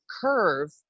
curve